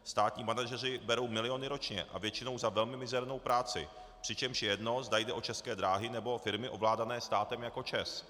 Státní manažeři berou miliony ročně a většinou za velmi mizernou práci, přičemž je jedno, zda jde o České dráhy, nebo o firmy ovládané státem jako ČEZ.